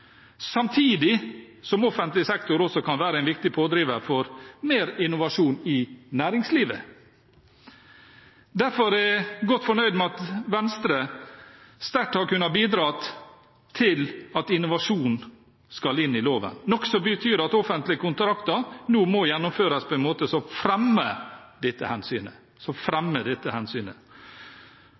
samtidig som offentlig sektor også kan være en viktig pådriver for mer innovasjon i næringslivet. Derfor er jeg godt fornøyd med at Venstre har kunnet bidra sterkt til at innovasjon skal inn i loven. Det betyr at offentlige kontrakter nå må gjennomføres på en måte som fremmer dette hensynet. Størrelsen på det offentlige markedet gjør det nødvendig å utnytte innovasjonskraften som